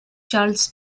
charles